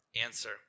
answer